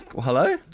Hello